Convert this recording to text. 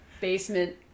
basement